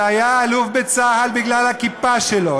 שהיה אלוף בצה"ל בגלל הכיפה שלו,